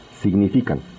significan